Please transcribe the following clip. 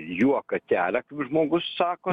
juoką kelia kaip žmogus sako